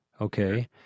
okay